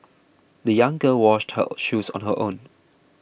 the young girl washed her shoes on her own